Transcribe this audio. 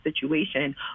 situation